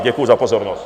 Děkuju za pozornost.